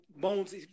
bones